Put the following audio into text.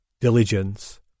Diligence